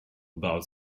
about